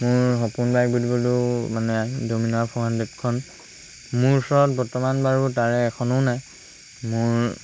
মোৰ সপোন বাইক বুলিবলৈও মানে ড'মিনাৰ ফ'ৰ হাণ্ড্ৰেডখন মোৰ ওচৰত বৰ্তমান বাৰু তাৰে এখনো নাই মোৰ